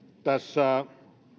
tässä